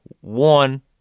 one